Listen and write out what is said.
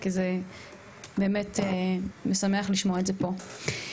כי זה באמת משמח לשמוע את זה פה.